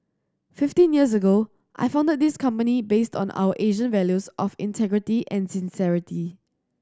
fifteen years ago I founded this company based on our Asian values of integrity and sincerity